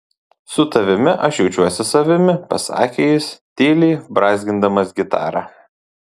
su tavimi aš jaučiuosi savimi pasakė jis tyliai brązgindamas gitarą